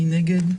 מי נגד?